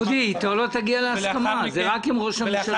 דודי, איתו לא תגיע להסכמה, זה רק עם ראש הממשלה.